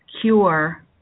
cure